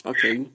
Okay